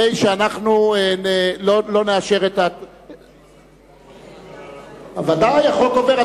הרי שאנחנו לא נאשר את, בוודאי, החוק עובר.